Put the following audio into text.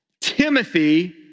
Timothy